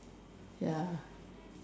ya